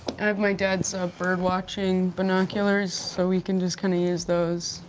i have my dad's ah a birdwatching binoculars, so we can just kind of use those.